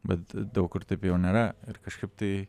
bet daug kur taip jau nėra ir kažkaip tai